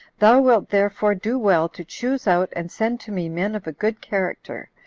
thou wilt therefore do well to choose out and send to me men of a good character,